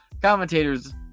commentators